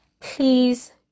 please